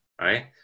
right